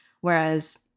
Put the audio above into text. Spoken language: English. Whereas